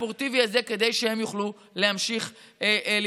הספורטיבי הזה, כדי שהם יוכלו להמשיך לפעול.